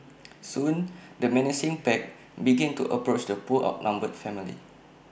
soon the menacing pack began to approach the poor outnumbered family